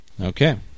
okay